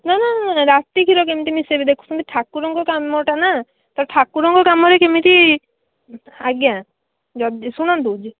ନା ନା ନା ନା ରାତି ଖିରୀ କେମିତି ମିଶେଇବେ ଦେଖୁଛନ୍ତି ଠାକୁରଙ୍କ କାମଟା ନା ତ ଠାକୁରଙ୍କ କାମରେ କେମିତି ଆଜ୍ଞା ଯଦି ଶୁଣନ୍ତୁ